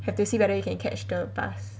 have to see whether you can catch the bus